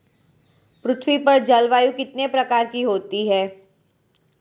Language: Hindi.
पृथ्वी पर जलवायु कितने प्रकार की होती है?